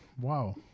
Wow